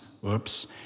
Whoops